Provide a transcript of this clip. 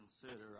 consider